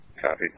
Copy